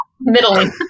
Middle